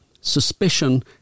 suspicion